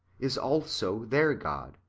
is also their god,